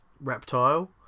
Reptile